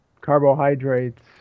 carbohydrates